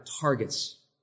targets